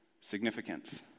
significance